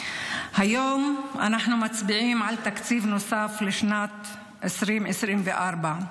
מצביעים על תקציב נוסף לשנת 2024,